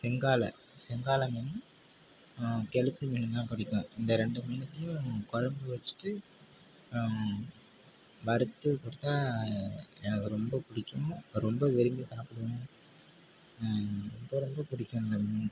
செங்காலை செங்காலை மீன் கெளுத்தி மீனும் தான் பிடிக்கும் இந்த ரெண்டு மீனுத்தையும் குழம்பு வச்சுட்டு வறுத்து கொடுத்தா எனக்கு ரொம்ப பிடிக்கும் ரொம்ப விரும்பி சாப்பிடுவேன் அப்போ இருந்து பிடிக்கும் அந்த மீன்